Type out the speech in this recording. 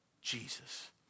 Jesus